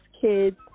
kids